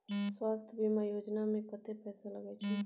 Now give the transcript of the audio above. स्वास्थ बीमा योजना में कत्ते पैसा लगय छै?